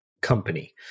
company